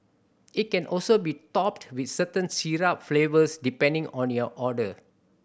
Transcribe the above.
it can also be topped with certain syrup flavours depending on your order